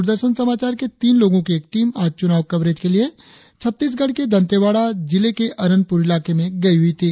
दूरदर्शन समाचार के तीन लोगों की एक टीम आज चुनाव कवरेज के लिए छत्तीसगढ़ के दंतेवाड़ा जिले के अरनपुर इलाके में गई हुई थी